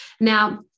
Now